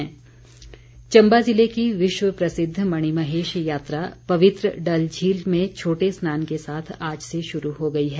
मणिमहेश चम्बा ज़िले की विश्वप्रसिद्ध मणिमहेश यात्रा पवित्र डल झील में छोटे स्नान के साथ आज से शुरू हो गई है